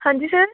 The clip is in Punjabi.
ਹਾਂਜੀ ਸਰ